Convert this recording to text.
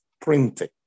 printing